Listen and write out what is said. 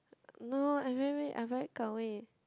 no no no I very very I very gao wei